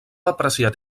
apreciat